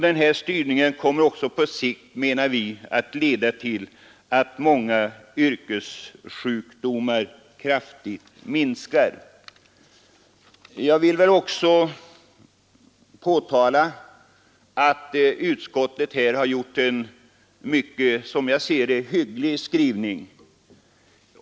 Den här styrningen kommer också på sikt att leda till att många yrkessjukdomar kraftigt minskar i utbredning. Utskottet har, som jag ser det, ägnat vår motion en mycket hygglig skrivning.